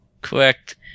Correct